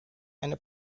eine